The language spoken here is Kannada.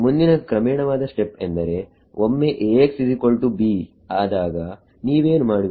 ಮುಂದಿನ ಕ್ರಮೇಣವಾದ ಸ್ಟೆಪ್ ಎಂದರೆ ಒಮ್ಮೆ Axb ಆದಾಗ ನೀವೇನು ಮಾಡುವಿರಿ